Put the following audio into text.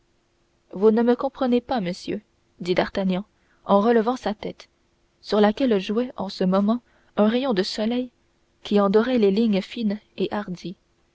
vous ne me comprenez pas messieurs dit d'artagnan en relevant sa tête sur laquelle jouait en ce moment un rayon de soleil qui en dorait les lignes fines et hardies